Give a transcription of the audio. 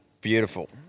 beautiful